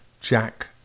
Jack